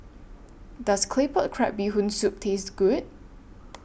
Does Claypot Crab Bee Hoon Soup Taste Good